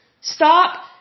Stop